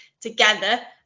together